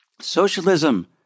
Socialism